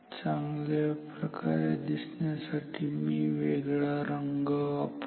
चांगल्या प्रकारे दिसण्यासाठी मी वेगळा रंग वापरतो